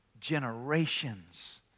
generations